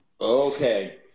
Okay